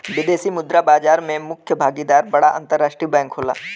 विदेशी मुद्रा बाजार में मुख्य भागीदार बड़ा अंतरराष्ट्रीय बैंक होला